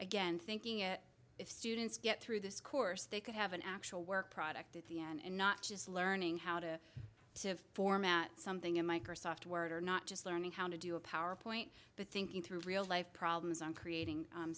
again thinking if students get through this course they could have an actual work product in the end not just learning how to to format something in microsoft word or not just learning how to do a power point but thinking through real life problems on creating